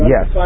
Yes